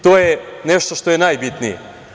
To je nešto što je najbitnije.